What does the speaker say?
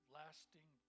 lasting